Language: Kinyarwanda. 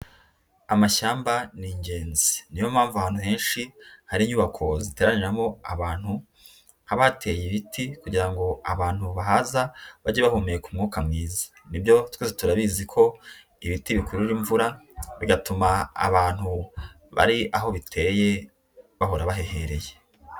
Amashyamba ni ingenzi, niyo mpamvu ahantu henshi hari inyubako ziteraniramo abantu haba hateye ibiti kugira ngo abantu bahaza bajye bahumeka umwuka mwiza, nibyo twese turabizi ko ibiti bikurura imvura bigatuma abantu bari aho biteye bahora bahehereye.